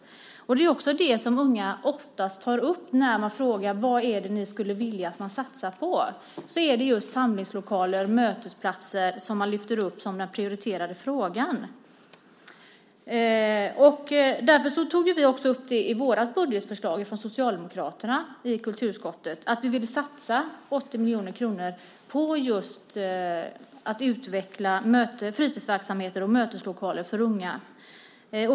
När man frågar unga vad de skulle vilja att vi satsade på är det också samlingslokaler och mötesplatser som oftast lyfts upp som den prioriterade frågan. Vi socialdemokrater tog därför i vårt budgetförslag i kulturutskottet upp att vi ville satsa 80 miljoner kronor just på att utveckla fritidsverksamheter och möteslokaler för unga.